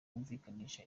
yumvikanisha